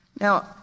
Now